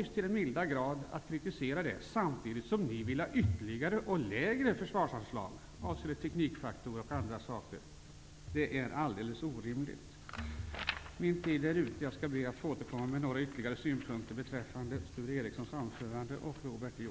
är till den milda grad ologiskt av er att kritisera detta samtidigt som ni vill ha ännu lägre försvarsanslag, bl.a. relaterat till teknikfaktorn. Min taletid är nu ute, men jag skall be att få återkomma med några ytterligare synpunkter beträffande Sture Ericsons och Robert Jousmas anföranden.